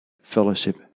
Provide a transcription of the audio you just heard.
fellowship